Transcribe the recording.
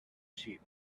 cheap